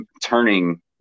turning